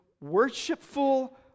worshipful